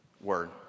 word